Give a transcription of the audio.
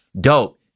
Dope